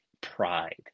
pride